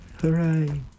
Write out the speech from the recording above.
Hooray